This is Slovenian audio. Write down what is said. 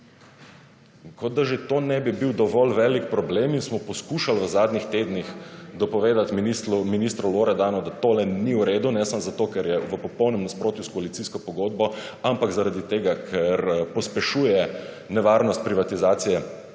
kot da že to ne bi bil dovolj velik problem in smo poskušali v zadnjih tednih dopovedati ministru Loredanu, da to ni v redu ne samo zato, ker je v popolnem nasprotju s koalicijsko pogodbo, ampak zaradi tega, ker pospešuje nevarnosti privatizacije